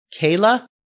Kayla